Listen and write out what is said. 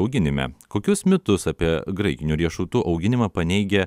auginime kokius mitus apie graikinių riešutų auginimą paneigia